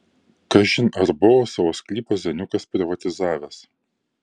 kažin ar buvo savo sklypą zeniukas privatizavęs